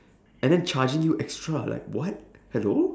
and then charging you extra like what hello